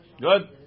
Good